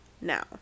now